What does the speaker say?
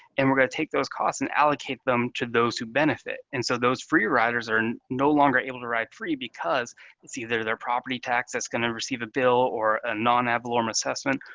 and we're going to take those costs and allocate them to those who benefit, and so those free riders are no longer able to ride free, because it's either their property tax that's going to receive a bill, or a non-ad valorem assessment,